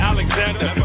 Alexander